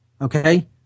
Okay